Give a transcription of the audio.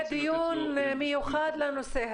בהחלט רוצים לתת לו --- יהיה דיון מיוחד לנושא הזה.